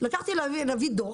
הלכתי להביא דוח.